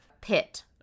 pit